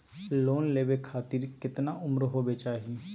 Loan लेवे खातिर केतना उम्र होवे चाही?